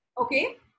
Okay